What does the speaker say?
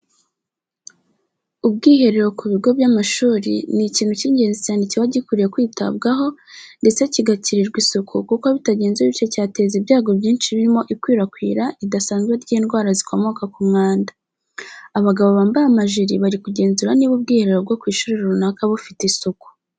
Ubwiherero ku bigo by'amashuri ni ikintu cy'ingenzi cyane kiba gikwiriye kwitabwaho ndetse kigakirirwa isuku kuko bitagenze bityo cyateza ibyago byinshi birimo ikwirakwira ridasanzwe ry'indwara zikomoka ku mwanda. Abagabo bambaye amajiri bari kugemzura niba ubwiherero bwo ku ishuri runaka bufite isuku.